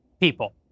people